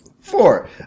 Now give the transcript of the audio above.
Four